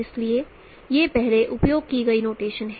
इसलिए ये पहले उपयोग की गई नोटेशन हैं